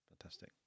Fantastic